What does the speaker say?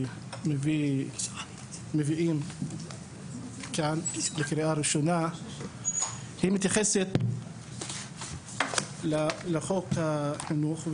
שמביאים כאן לקריאה ראשונה היא מתייחסת לחוק החינוך,